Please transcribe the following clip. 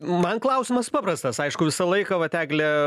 man klausimas paprastas aišku visą laiką vat eglė